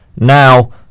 Now